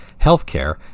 healthcare